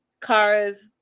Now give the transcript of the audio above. Kara's